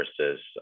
versus